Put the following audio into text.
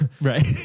Right